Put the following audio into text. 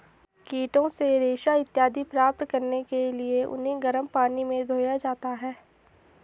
कीटों से रेशा इत्यादि प्राप्त करने के लिए उन्हें गर्म पानी में धोया जाता है